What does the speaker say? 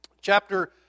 chapter